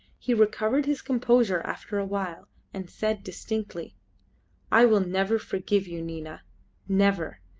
he recovered his composure after a while and said distinctly i will never forgive you, nina never!